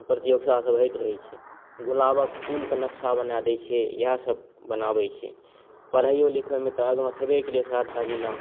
प्रतियोगिता सब होइत रहै छै गुलाबक फूलके नक्शा बना दै छै है इएह सब बनाबै छै पढ़ैयो लिखयमे तऽ आगाँ छेबे केलै सहरसा जिला